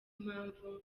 impamvu